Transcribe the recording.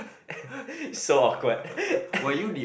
so awkward